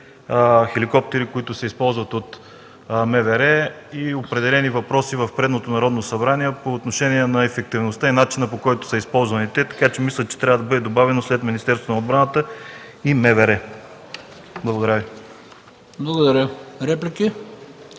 хеликоптери, които се използваха от МВР и възникнаха определени въпроси от предното Народно събрание по отношение на ефективността и начина, по който са използвани те. Така че, мисля, че трябва да бъде добавено след „Министерството на отбраната” и „МВР”. Благодаря.